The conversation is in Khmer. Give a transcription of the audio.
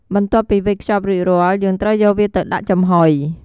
បន្ទាប់ពីវេចខ្ចប់រួចរាល់ យើងត្រូវយកវាទៅដាក់ចំហុយ។